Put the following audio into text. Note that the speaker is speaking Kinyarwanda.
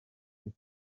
ese